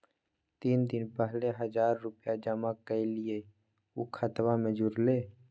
तीन दिन पहले हजार रूपा जमा कैलिये, ऊ खतबा में जुरले?